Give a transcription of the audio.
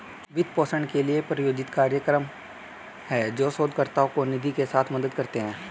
वित्त पोषण के लिए, प्रायोजित कार्यक्रम हैं, जो शोधकर्ताओं को निधि के साथ मदद करते हैं